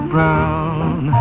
Brown